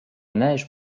neige